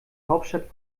hauptstadt